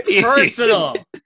personal